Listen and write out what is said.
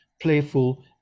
playful